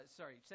sorry